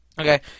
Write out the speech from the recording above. Okay